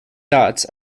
dots